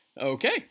Okay